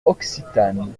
occitane